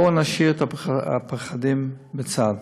בואו נשאיר את הפחדים בצד.